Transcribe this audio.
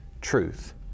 truth